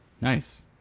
nice